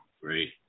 Great